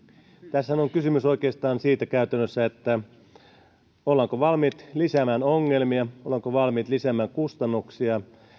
tässähän on kysymys oikeastaan siitä käytännössä ollaanko valmiit lisäämään ongelmia ollaanko valmiit lisäämään kustannuksia